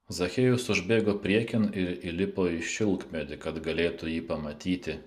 zachiejus užbėgo priekin ir įlipo į šilkmedį kad galėtų jį pamatyti